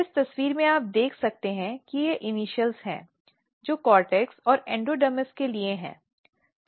इस तस्वीर में आप देख सकते हैं कि ये इनिशियल हैं जो कोर्टेक्स और एंडोडर्मिस के लिए हैं